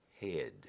head